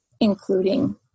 including